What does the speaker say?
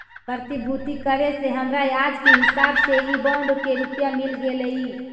प्रतिभूति करे से हमरा आज के हिसाब से इ बॉन्ड के रुपया मिल गेलइ